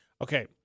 Okay